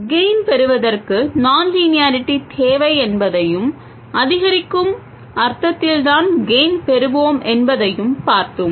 gain பெறுவதற்கு நான் linearity தேவை என்பதையும் அதிகரிக்கும் அர்த்தத்தில்தான் கெய்ன் பெறுவோம் என்பதையும் பார்த்தோம்